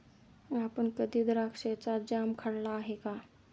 आपण कधी द्राक्षाचा जॅम खाल्ला आहे का?